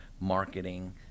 marketing